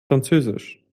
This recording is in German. französisch